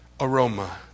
aroma